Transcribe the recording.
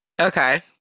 Okay